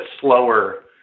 slower